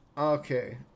Okay